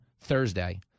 Thursday